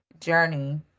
journey